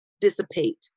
dissipate